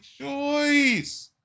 choice